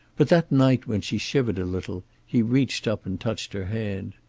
but that night, when she shivered a little, he reached up and touched her hand.